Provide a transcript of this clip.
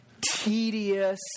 tedious